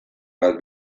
bat